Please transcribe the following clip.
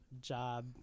job